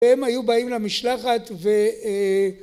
והם היו באים למשלחת